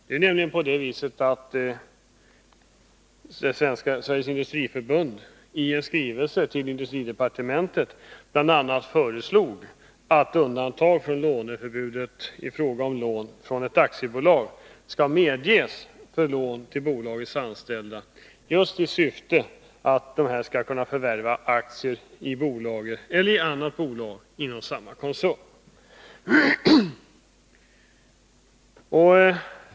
Det är nämligen på det viset att Sveriges Industriförbund i en skrivelse till industridepartementet bl.a. föreslog att undantag från låneförbudet i fråga om lån från ett aktiebolag skall medges för lån till bolagets anställda just i syfte att dessa skall kunna förvärva aktier i bolaget eller i anrat bolag inom samma koncern.